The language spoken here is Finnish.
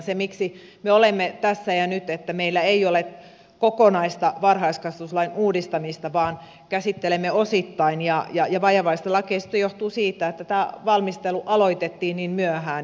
se että me olemme tässä ja nyt että meillä ei ole kokonaista varhaiskasvatuslain uudistamista vaan käsittelemme osittain ja vajavaista lakiesitystä johtuu siitä että tämä valmistelu aloitettiin niin myöhään